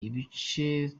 ibice